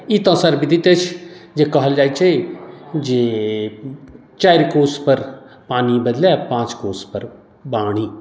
ई तऽ सर्वविदित अछि जे कहल जाइत छै जे चारि कोसपर पानि बदलय पाँच कोसपर वाणी